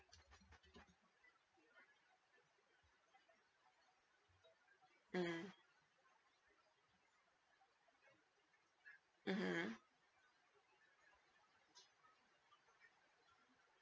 mm mmhmm